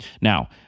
Now